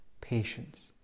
patience